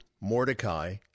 Mordecai